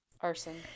Arson